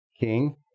King